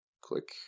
click